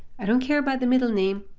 i don't care about the middle name,